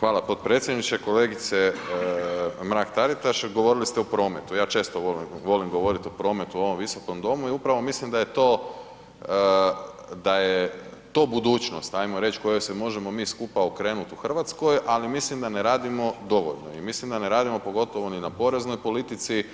Hvala potpredsjedniče, kolegice Mrak-Taritaš, govorili ste o prometu, ja često volim govorit o prometu u ovom visokom domu i upravo mislim da je to, da je to budućnost ajmo reć kojoj se možemo mi skupa okrenut u RH, ali mislim da ne radimo dovoljno i mislim da ne radimo pogotovo ni na poreznoj politici